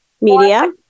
Media